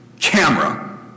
camera